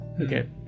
Okay